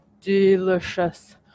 delicious